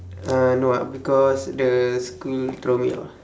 uh no ah because the school throw me out ah